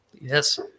Yes